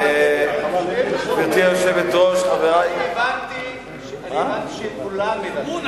אני הבנתי שכולם ויתרו.